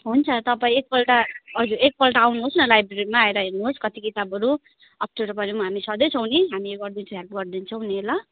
हुन्छ तपाईँ एक पल्ट हजुर एक पल्ट आउनु होस् न लाइब्रेरीमा आएर हेर्नु होस् कति किताबहरू अप्ठ्यारो परे हामी छँदैछौँ नि हामी उयो गरिदिन्छु हेल्प गरिदिन्छौँ नि ल